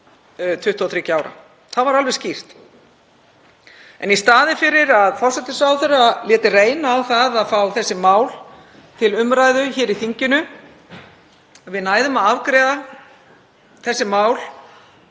18–23 ára. Það var alveg skýrt. En í staðinn fyrir að forsætisráðherra léti reyna á það að fá þessi mál til umræðu í þinginu, að við næðum að afgreiða þessi mál,